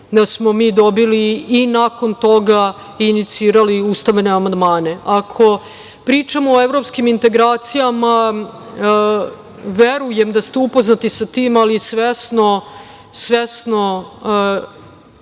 da smo mi dobili i nakon toga inicirali ustavne amandmane. Ako pričamo o evropskim integracijama, verujem da ste upoznati sa tim, ali svesno